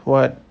what